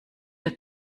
der